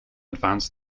advanced